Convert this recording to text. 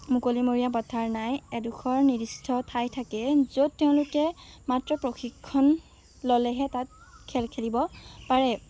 মুকলিমূৰীয়া পথাৰ নাই এডোখৰ নিৰ্দিষ্ট ঠাই থাকে য'ত তেওঁলোকে মাত্ৰ প্ৰশিক্ষণ ল'লেহে তাত খেল খেলিব পাৰে